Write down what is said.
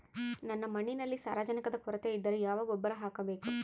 ನನ್ನ ಮಣ್ಣಿನಲ್ಲಿ ಸಾರಜನಕದ ಕೊರತೆ ಇದ್ದರೆ ಯಾವ ಗೊಬ್ಬರ ಹಾಕಬೇಕು?